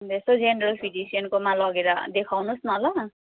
अन्त यसो जेनरल फिजिसियनकोमा लगेर देखाउनुहोस् न ल